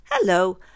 Hello